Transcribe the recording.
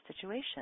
situation